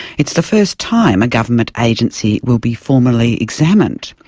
it's the first time a government agency will be formally examined.